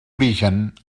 origen